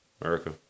America